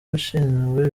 ushinzwe